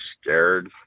scared